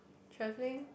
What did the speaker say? travelling